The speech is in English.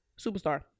superstar